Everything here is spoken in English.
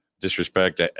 disrespect